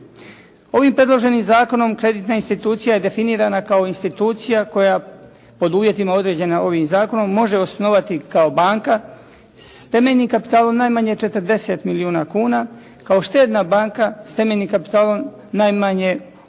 Ovim predloženim zakonom kreditna institucija je definirana kao institucija koja pod uvjetima određena ovim zakonom može osnovati kao banka s temeljnim kapitalom najmanje 40 milijuna kuna, kao štedna banka s temeljnim kapitalom najmanje od